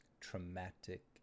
Traumatic